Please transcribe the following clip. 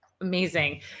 amazing